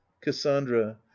cassandra